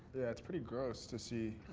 yeah, it's pretty gross to see.